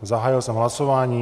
Zahájil jsem hlasování.